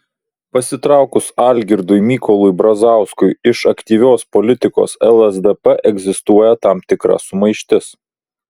pasitraukus algirdui mykolui brazauskui iš aktyvios politikos lsdp egzistuoja tam tikra sumaištis